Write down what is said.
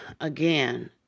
again